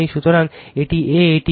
সুতরাং এটি A এটি B